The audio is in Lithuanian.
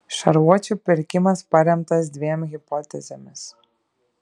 šarvuočių pirkimas paremtas dviem hipotezėmis